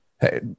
Hey